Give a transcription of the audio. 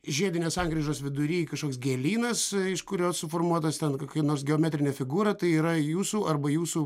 žiedinės sankryžos vidury kažkoks gėlynas iš kurio suformuotas ten kokia nors geometrinė figūra tai yra jūsų arba jūsų